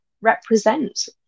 represent